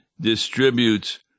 distributes